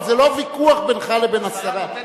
אבל זה לא ויכוח בינך לבין השרה.